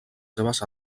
seves